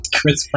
Chris